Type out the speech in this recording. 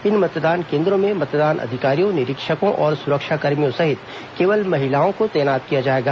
इन मतदान केंद्रो में मतदान अधिकारियों निरीक्षकों और सुरक्षाकर्मियों सहित केवल महिलाओं को तैनात किया जाएगा